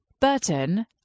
Burton